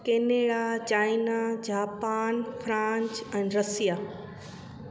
Canada China Japan France ऐं रसिया